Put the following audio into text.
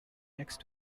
next